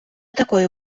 такою